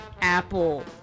Apple